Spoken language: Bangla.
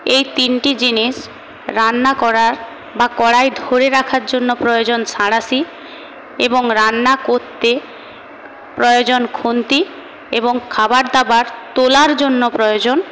এই তিনটি জিনিস রান্না করার বা কড়াই ধরে রাখার জন্য প্রয়োজন সাঁড়াশি এবং রান্না করতে প্রয়োজন খুন্তি এবং খাবার দাবার তোলার জন্য প্রয়োজন